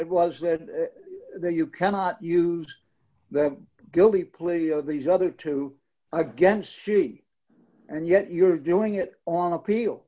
it was that you cannot use the guilty plea of these other two against she and yet you're doing it on appeal